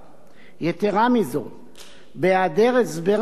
ובהיעדר הסבר מספק בדברי ההסבר של ההצעה,